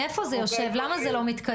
איפה זה יושב, למה זה לא מתקדם?